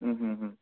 হুম হুম হুম